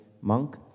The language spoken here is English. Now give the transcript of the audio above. monk